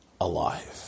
alive